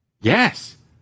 Yes